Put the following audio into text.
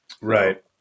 Right